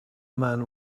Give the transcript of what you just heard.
man